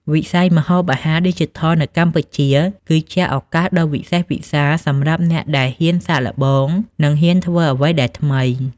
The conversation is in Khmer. វិស័យម្ហូបអាហារឌីជីថលនៅកម្ពុជា គឺជាឱកាសដ៏វិសេសវិសាលសម្រាប់អ្នកដែលហ៊ានសាកល្បង និងហ៊ានធ្វើអ្វីដែលថ្មី។